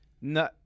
no